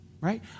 right